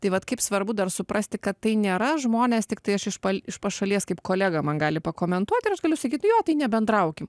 tai vat kaip svarbu dar suprasti kad tai nėra žmonės tiktai aš iš iš pašalies kaip kolega man gali pakomentuot ir aš galiu sakyt jo tai nebendraukim